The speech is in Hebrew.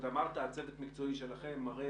אמרת צוות מקצועי שלכם.